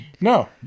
No